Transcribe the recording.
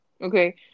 Okay